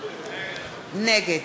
נגד